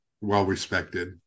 well-respected